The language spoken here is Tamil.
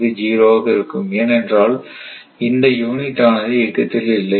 இது 0 ஆக இருக்கும் ஏனென்றால் இந்த யூனிட் ஆனது இயக்கத்தில் இல்லை